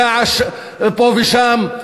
של הר געש פה ושם,